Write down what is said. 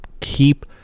Keep